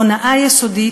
הונאה יסודית,